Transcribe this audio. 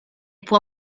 può